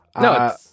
No